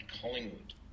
Collingwood